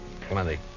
Plenty